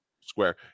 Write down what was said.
Square